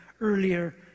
earlier